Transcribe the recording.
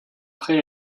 prêt